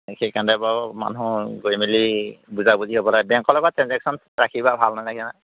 সেইকাৰণে বাৰু মানুহৰ গৈ মেলি বুজাবুজি হ'ব লাগে বেংকৰ লগত ট্ৰেনজেকচন ৰাখি বাৰু ভাল নালাগে নহয়